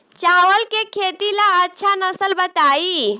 चावल के खेती ला अच्छा नस्ल बताई?